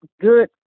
good